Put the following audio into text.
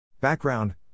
Background